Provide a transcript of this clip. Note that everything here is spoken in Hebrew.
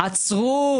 עצרו.